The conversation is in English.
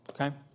Okay